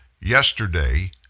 Yesterday